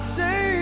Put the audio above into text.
say